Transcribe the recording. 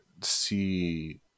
see